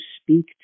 speak